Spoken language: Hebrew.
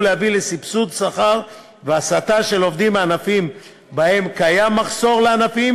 להביא לסבסוד שכר והסטה של עובדים מענפים שבהם קיים מחסור לענפים